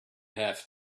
have